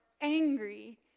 angry